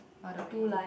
all the way